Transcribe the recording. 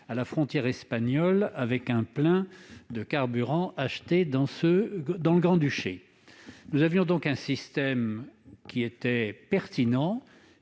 à la frontière espagnole avec un plein de carburant acheté dans le Grand-Duché. Nous avions donc adopté un système qui était pertinent